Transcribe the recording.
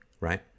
right